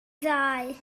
ddau